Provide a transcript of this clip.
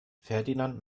ferdinand